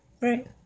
right